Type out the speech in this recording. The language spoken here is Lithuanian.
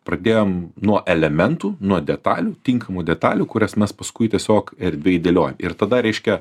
pradėjom nuo elementų nuo detalių tinkamų detalių kurias mes paskui tiesiog erdvėj dėliojam ir tada reiškia